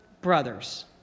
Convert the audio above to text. brothers